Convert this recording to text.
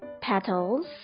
Petals